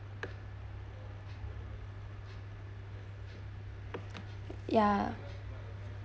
ya